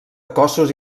cossos